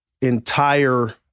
entire